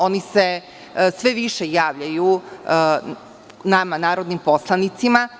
Oni se sve više javljaju nama, narodnim poslanicima.